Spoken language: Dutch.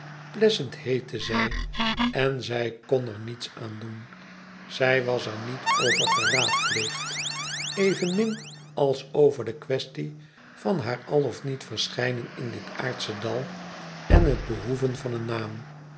pleasant heette zij en zij kon er niets aan doen zij was er niet over geraadpleegd evenmin als over de qiiaestie van haar al of niet verschijnen in dit aardsche dal en het behoeven van een naam